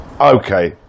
Okay